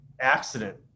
accident